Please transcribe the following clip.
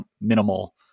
minimal